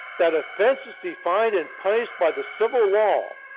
that offenses defined and punished by the civil law,